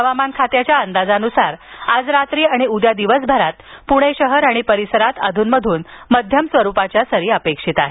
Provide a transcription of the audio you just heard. हवामान खात्याच्या अंदाजानुसार आज रात्री आणि उद्या दिवसभरात पुणे शहर आणि परिसरात अध्रन मध्यम स्वरुपाच्या सरी अपेक्षित आहेत